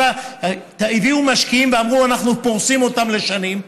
והביאו משקיעים ואמרו: אנחנו פורסים אותם לשנים?